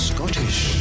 Scottish